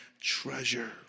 treasure